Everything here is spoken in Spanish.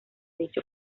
dicho